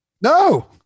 No